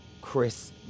Chris